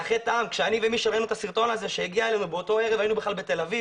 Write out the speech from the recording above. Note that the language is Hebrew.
מישל ואני קיבלנו את הסרטון כשהיינו בכלל בתל אביב